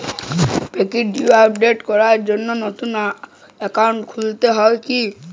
Fix deposit করার জন্য নতুন অ্যাকাউন্ট খুলতে হয় কী?